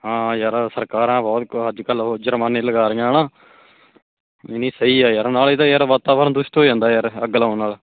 ਹਾਂ ਯਾਰ ਸਰਕਾਰਾਂ ਬਹੁਤ ਅੱਜ ਕੱਲ੍ਹ ਉਹ ਜੁਰਮਾਨੇ ਲਗਾ ਰਹੀਆਂ ਹੈ ਨਾ ਨਹੀਂ ਸਹੀ ਆ ਯਾਰ ਨਾਲੇ ਤਾਂ ਯਾਰ ਵਾਤਾਵਰਨ ਦੁਸ਼ਟ ਹੋ ਜਾਂਦਾ ਯਾਰ ਅੱਗ ਲਗਾਉਣ ਨਾਲ